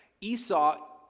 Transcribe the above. Esau